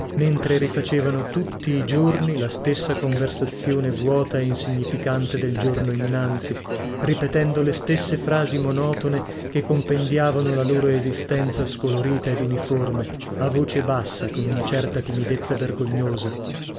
mentre rifacevano tutti i giorni la stessa conversazione vuota e insignificante del giorno innanzi ripetendo le stesse frasi monotone che compendiavano la loro esistenza scolorita ed uniforme a voce bassa con una certa timidezza vergognosa